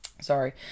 sorry